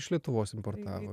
iš lietuvos importavo